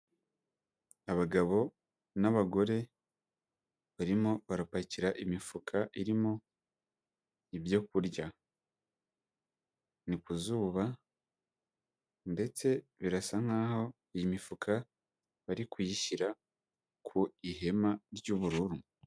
Abagabo n'abagore barimo barapakira imifuka irimo ibyo kurya, ni ku zuba ndetse birasa nk'aho iyi mifuka bari kuyishyira ku ihema ry'ubururu.